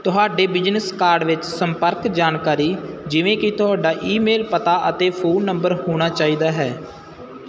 ਤੁਹਾਡੇ business card ਵਿੱਚ ਸੰਪਰਕ ਜਾਣਕਾਰੀ ਜਿਵੇਂ ਕਿ ਤੁਹਾਡਾ ਈਮੇਲ ਪਤਾ ਅਤੇ ਫੋਨ ਨੰਬਰ ਹੋਣਾ ਚਾਹੀਦਾ ਹੈ